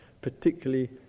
particularly